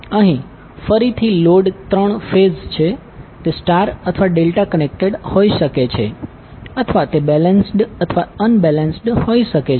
અહીં ફરીથી load 3 phase છે તે સ્ટાર અથવા ડેલ્ટા કનેક્ટેડ હોઇ શકે છે અથવા તે બેલેન્સ્ડ અથવા અનબેલેન્સ્ડ હોઇ શકે છે